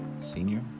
senior